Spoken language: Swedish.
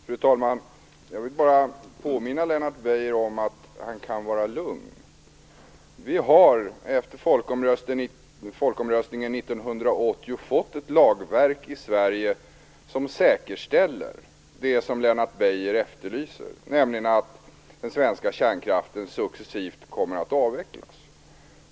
Fru talman! Jag vill bara påminna Lennart Beijer om att han kan vara lugn. Vi har efter folkomröstningen 1980 fått ett lagverk i Sverige som säkerställer det som Lennart Beijer efterlyser, nämligen att den svenska kärnkraften successivt kommer att avvecklas.